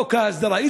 חוק ההסדרה?